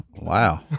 Wow